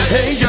Hey